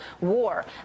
war